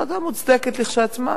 החלטה מוצדקת כשלעצמה,